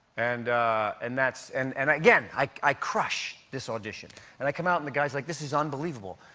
and and that's and and again, i crush this audition. and i come out, and the guy is like, this is unbelievable.